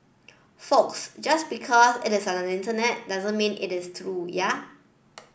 folks just because it is on the Internet doesn't mean it is true ya